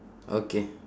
okay